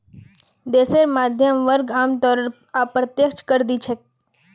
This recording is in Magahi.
देशेर मध्यम वर्ग आमतौरत अप्रत्यक्ष कर दि छेक